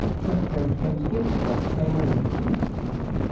secretary of defense gates felt the same way, but he changed his mind.